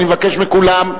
אני מבקש מכולם,